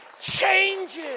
changes